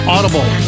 Audible